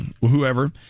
whoever